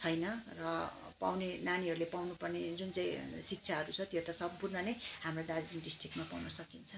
छैन र पाउने नानीहरूले पाउनुपर्ने जुन चाहिँ शिक्षाहरू छ त्यो त सम्पूर्ण नै हाम्रो दार्जिलिङ डिस्ट्रिक्टमा पाउन सकिन्छ